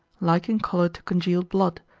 like in colour to congealed blood,